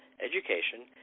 education